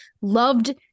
loved